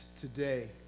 today